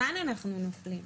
כאן אנחנו נופלים.